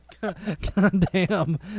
Goddamn